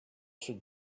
should